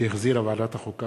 שהחזירה ועדת החוקה,